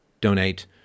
Donate